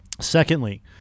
Secondly